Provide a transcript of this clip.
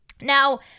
Now